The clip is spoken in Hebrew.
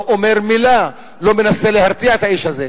לא אומר מלה, לא מנסה להרתיע את האיש הזה.